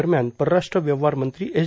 दरम्यान परराष्ट्र व्यवहार मंत्री एस